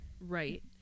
Right